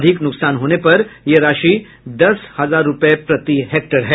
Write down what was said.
अधिक नुकसान होने पर यह राशि दस हजार रूपये प्रति हेक्टेयर है